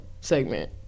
segment